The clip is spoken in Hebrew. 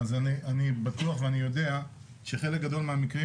אני בטוח ואני יודע שבחלק גדול מהמקרים